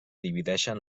divideixen